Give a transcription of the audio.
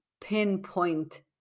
pinpoint